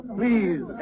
please